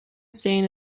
seen